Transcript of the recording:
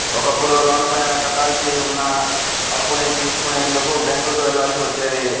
ఒకప్పుడు లోనుపైన కట్టాల్సి ఉన్న అప్పుని తెలుసుకునేందుకు బ్యేంకుకి వెళ్ళాల్సి వచ్చేది